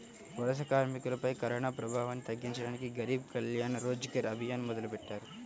వలస కార్మికులపై కరోనాప్రభావాన్ని తగ్గించడానికి గరీబ్ కళ్యాణ్ రోజ్గర్ అభియాన్ మొదలెట్టారు